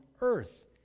earth